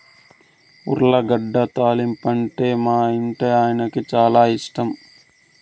ఉర్లగడ్డ తాలింపంటే మా ఇంటాయనకి చాలా ఇష్టం